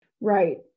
Right